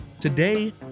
Today